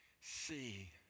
see